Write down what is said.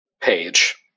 page